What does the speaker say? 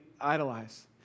idolize